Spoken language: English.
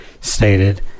stated